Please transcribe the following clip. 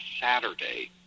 Saturday